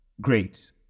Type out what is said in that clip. Great